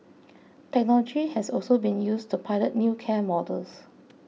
technology has also been used to pilot new care models